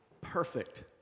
perfect